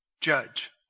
judge